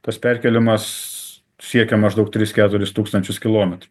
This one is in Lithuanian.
tas perkėlimas siekia maždaug tris keturis tūkstančius kilometrų